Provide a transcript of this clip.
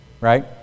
right